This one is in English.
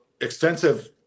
extensive